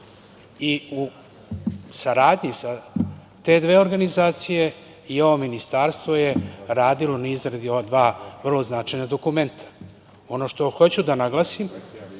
i u saradnji sa te dve organizacije i ovo ministarstvo je radilo na izradi ova dva vrlo značajna dokumenta. Ono što hoću da naglasim